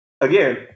Again